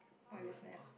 what if we snaps